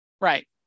Right